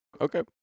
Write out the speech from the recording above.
Okay